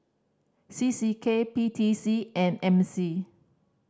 C C K P T C and M C